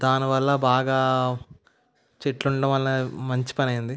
దాని వల్ల బాగా చెట్లు ఉండడం వల్ల మంచి పని అయ్యింది